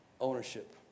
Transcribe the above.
ownership